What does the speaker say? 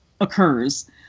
occurs